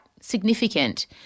significant